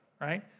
Right